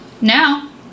now